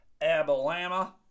abilama